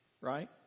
right